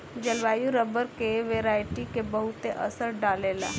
जलवायु रबर के वेराइटी के बहुते असर डाले ला